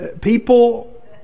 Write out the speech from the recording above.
People